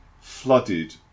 flooded